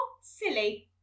silly